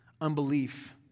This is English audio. unbelief